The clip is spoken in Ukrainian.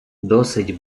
досить